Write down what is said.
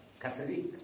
Catholic